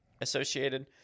associated